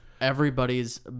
everybody's